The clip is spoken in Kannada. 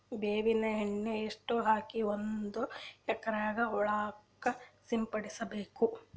ಬೇವಿನ ಎಣ್ಣೆ ಎಷ್ಟು ಹಾಕಿ ಒಂದ ಎಕರೆಗೆ ಹೊಳಕ್ಕ ಸಿಂಪಡಸಬೇಕು?